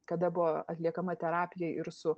kada buvo atliekama terapija ir su